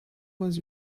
was